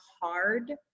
hard